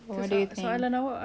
what do you think